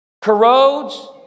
corrodes